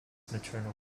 maternal